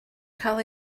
cael